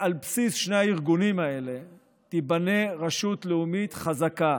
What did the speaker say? על בסיס שני הארגונים האלה תיבנה רשות לאומית חזקה